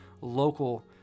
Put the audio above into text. local